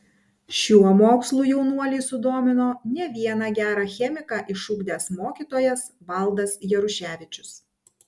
šiuo mokslu jaunuolį sudomino ne vieną gerą chemiką išugdęs mokytojas valdas jaruševičius